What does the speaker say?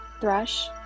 Thrush